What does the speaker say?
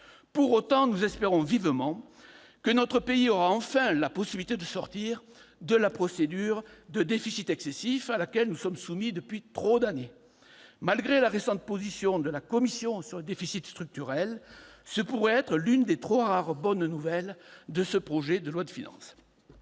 Pour autant, nous espérons vivement que notre pays pourra enfin sortir de la procédure de déficit excessif à laquelle nous sommes soumis depuis trop d'années. Malgré la récente position de la Commission sur le déficit structurel, ce pourrait être l'une des trop rares bonnes nouvelles de ce projet de loi de finances.